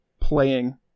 playing